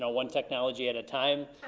ah one technology at a time,